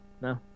No